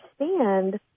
understand